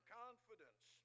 confidence